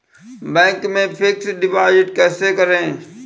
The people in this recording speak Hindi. बैंक में फिक्स डिपाजिट कैसे करें?